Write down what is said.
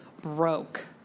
broke